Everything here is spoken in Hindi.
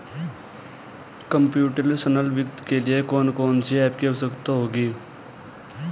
कंप्युटेशनल वित्त के लिए कौन कौन सी एप की आवश्यकता होगी?